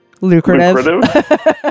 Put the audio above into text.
lucrative